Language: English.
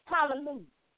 Hallelujah